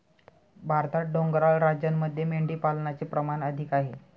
भारतात डोंगराळ राज्यांमध्ये मेंढीपालनाचे प्रमाण अधिक आहे